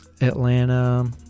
Atlanta